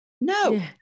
No